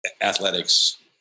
athletics